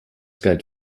galt